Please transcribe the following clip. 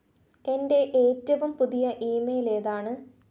എന്റെ ഏറ്റവും പുതിയ ഇ മെയിലേതാണ്